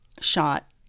shot